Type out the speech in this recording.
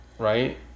Right